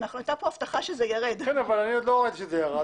אני עוד לא ראיתי שהוא ירד.